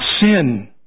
sin